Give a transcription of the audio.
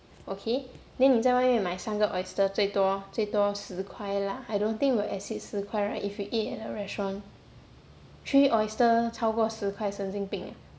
okay then 你在外面买三个 oyster 最多最多十块 lah I don't think we'll exceed 十块 right if we eat in a restaurant three oyster 超过十块神经病 ah